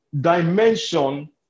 dimension